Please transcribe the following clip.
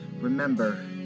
Remember